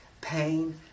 pain